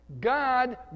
God